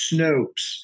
Snopes